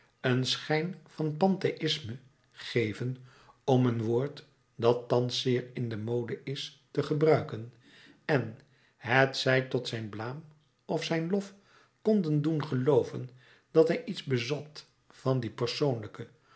een schijn van pantheïsme geven om een woord dat thans zeer in de mode is te gebruiken en hetzij tot zijn blaam of zijn lof konden doen gelooven dat hij iets bezat van die persoonlijke